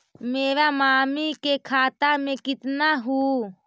मेरा मामी के खाता में कितना हूउ?